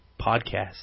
podcast